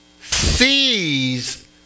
sees